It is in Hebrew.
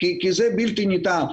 כי זה בלתי ניתן,